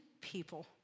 people